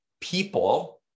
people